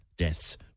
Deaths